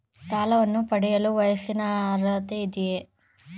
ಸಾಲವನ್ನು ಪಡೆಯಲು ವಯಸ್ಸಿನ ಅರ್ಹತೆ ಇದೆಯಾ?